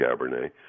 Cabernet